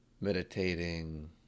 meditating